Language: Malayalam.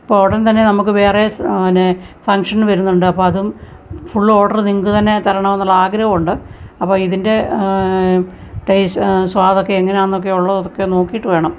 ഉടൻ തന്നെ നമുക്ക് വേറെ സ് ന്നെ ഫംങ്ഷൻ വരുന്നുണ്ട് അപ്പോൾ അതും ഫുൾ ഓഡർ നിങ്ങൾക്കു തന്നെ തരണമെന്നുള്ളാഗ്രഹമുണ്ട് അപ്പോൾ ഇതിൻ്റെ ടേസ് സ്വാദൊക്കെ എങ്ങനാന്നൊക്കെ ഉള്ളതൊക്കെ നോക്കീയിട്ടു വേണം